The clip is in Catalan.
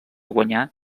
guanyar